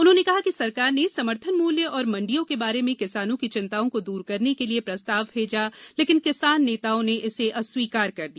उन्होंने कहा कि सरकार ने समर्थन मूल्य और मंडियों के बारे में किसानों की चिंताओं को दूर करने के लिए प्रस्ताव भेजा लेकिन किसान नेताओं ने इसे अस्वीकार कर दिया